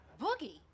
Boogie